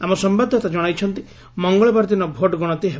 ଆମ ସମ୍ଭାଦଦାତା ଜଣାଇଛନ୍ତି ମଙ୍ଗଳବାର ଦିନ ଭୋଟ୍ଗଣତି ହେବ